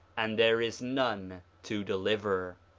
and there is none to deliver.